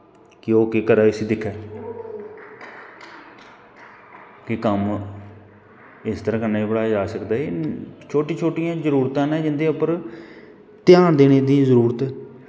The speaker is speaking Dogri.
कि ओह् केह् करै इसी दिक्खै की कम्म इस तरां कन्नै बी पढ़ाया जाई सकदा छोटी छोटियां जरूरतां नै जिन्दे उप्पर ध्यान देने दी जरूरत ऐ